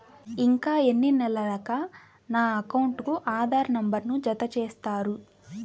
ఇంకా ఎన్ని నెలలక నా అకౌంట్కు ఆధార్ నంబర్ను జత చేస్తారు?